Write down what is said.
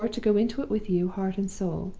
or to go into it with you heart and soul.